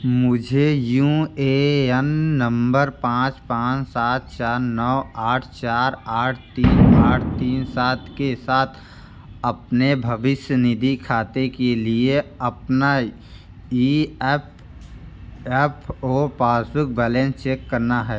मुझे U A N number पाँच पाँच सात चार नौ आठ चार आठ तीन आठ तीन सात के साथ अपने भविष्य निधि खाते के लिए अपना ई एफ एफ ओ पास बैलेंस चेक करना है